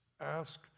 ask